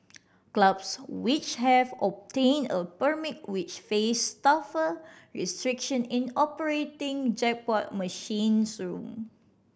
clubs which have obtained a permit which face tougher restriction in operating jackpot machines room